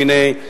בגלל כל מיני,